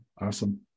Awesome